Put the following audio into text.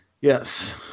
Yes